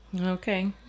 Okay